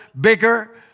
bigger